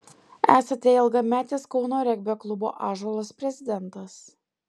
esate ilgametis kauno regbio klubo ąžuolas prezidentas